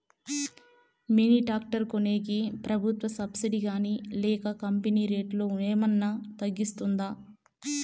Mini tractor కొనేకి ప్రభుత్వ subsidy గాని లేక కంపెని రేటులో ఏమన్నా తగ్గిస్తుందా?